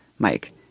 Mike